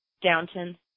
Downton